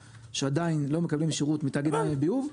שעדיין לא מקבלים שירות מתאגידי מים וביוב,